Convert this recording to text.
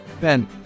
Ben